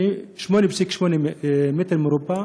הם 8.8 מטרים מרובעים,